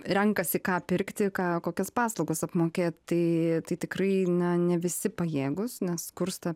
renkasi ką pirkti ką kokias paslaugas apmokėt tai tai tikrai na ne visi pajėgūs nes skursta